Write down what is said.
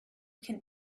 can